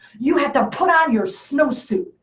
you have to put on your snowsuit.